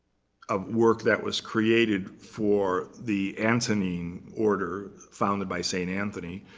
a work that was created for the antonin order, founded by st. anthony.